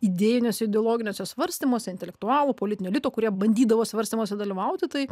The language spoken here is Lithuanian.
idėjiniuose ideologiniuose svarstymuose intelektualų politinių elitų kurie bandydavo svarstymuose dalyvauti tai